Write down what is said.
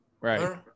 Right